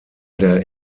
der